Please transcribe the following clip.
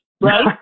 right